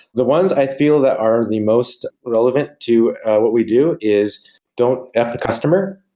the ones i feel that are the most relevant to what we do is don't f the customer,